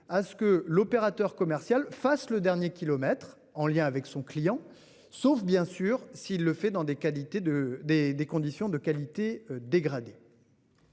à ce que l'opérateur commercial installe le dernier kilomètre, en lien avec son client, sauf s'il le fait dans des conditions de qualité dégradées.